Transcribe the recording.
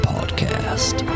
Podcast